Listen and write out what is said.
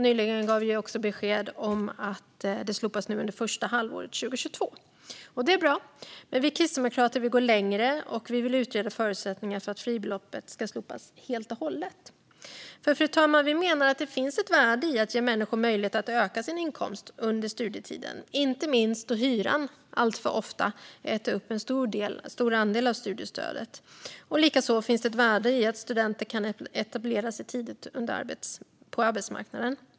Nyligen gav man också besked om att det slopas under första halvåret 2022. Det är bra, men vi kristdemokrater vill gå längre och utreda förutsättningarna för att fribeloppet kan slopas helt och hållet. Fru talman! Vi menar att det finns ett värde i att ge människor möjlighet att öka sin inkomst under studietiden, inte minst då hyran alltför ofta äter upp en stor andel av studiestödet. Likaså finns det ett värde i att studenter kan etablera sig tidigt på arbetsmarknaden.